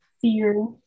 fear